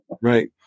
right